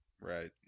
Right